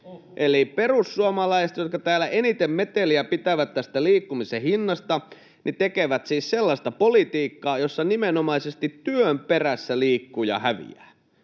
Eli perussuomalaiset, jotka täällä eniten meteliä pitävät tästä liikkumisen hinnasta, tekevät siis sellaista politiikkaa, jossa nimenomaisesti työn perässä liikkuja häviää.